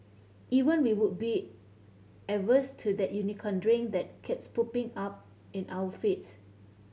even we would be averse to that Unicorn Drink that keeps popping up in our feeds